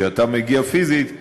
כשאתה מגיע פיזית,